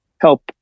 help